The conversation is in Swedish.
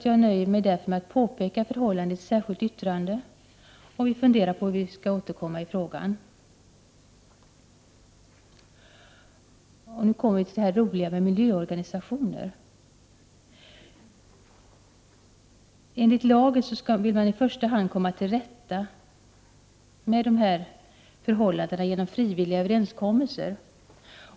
Jag nöjer mig därför med att påpeka förhållandet i ett särskilt yttrande, och vi funderar på hur vi skall återkomma i frågan. Nu kommer jag till det roliga med miljöorganisationer. Man vill enligt den här lagen i första hand komma fram till rättelser genom frivilliga överenskommelser.